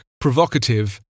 provocative